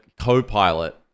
copilot